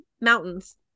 mountains